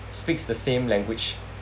speaks the same language